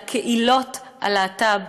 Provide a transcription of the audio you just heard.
אלא קהילות הלהט"ב,